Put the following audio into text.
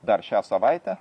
dar šią savaitę